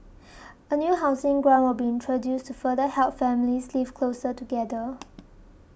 a new housing grant will be introduced to further help families live closer together